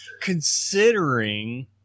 Considering